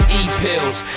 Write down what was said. e-pills